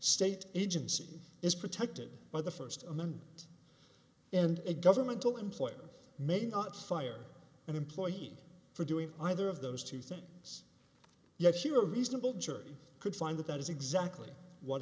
state agency is protected by the first amendment and a governmental employee may not fire an employee for doing either of those two things yet she were a reasonable jury could find that that is exactly what